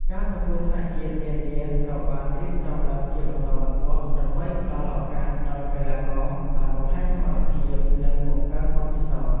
ការប្រកួតថ្នាក់ជាតិនានាត្រូវបានរៀបចំឡើងជាបន្តបន្ទាប់ ដើម្បីផ្ដល់ឱកាសដល់កីឡាករបានបង្ហាញសមត្ថភាព និងបង្កើនបទពិសោធន៍។